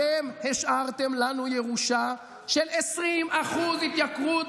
אתם השארתם לנו ירושה של 20% התייקרות